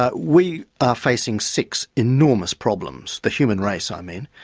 ah we are facing six enormous problems, the human race i mean.